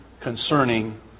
concerning